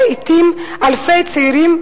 ולעתים לאלפי צעירים,